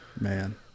Man